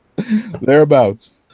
Thereabouts